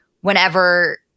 whenever